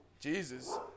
Jesus